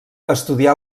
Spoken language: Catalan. estudià